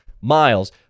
miles